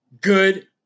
Good